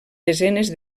desenes